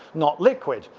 not liquid.